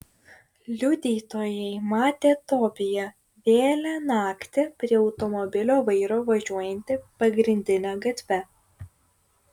liudytojai matę tobiją vėlią naktį prie automobilio vairo važiuojantį pagrindine gatve